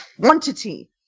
quantity